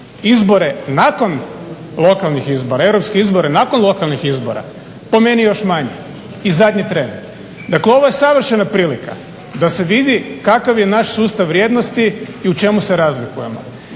Izbore nakon lokalnih izbora, europske izbore nakon lokalnih izbora, po meni još manje. I zadnji tren. Dakle, ovo je savršena prilika da se vidi kakav je naš sustav vrijednosti i u čemu se razlikujemo.